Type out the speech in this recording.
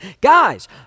guys